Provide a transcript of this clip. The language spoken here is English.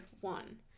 one